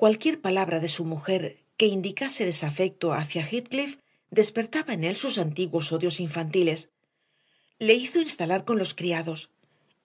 cualquier palabra de su mujer que indicase desafecto hacia heathcliff despertaba en él sus antiguos odios infantiles le hizo instalar con los criados